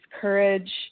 courage